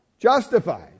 justified